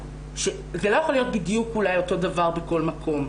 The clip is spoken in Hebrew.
--- זה לא יכול להיות אותו הדבר בכל מקום,